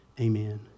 Amen